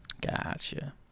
Gotcha